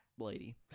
lady